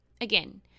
Again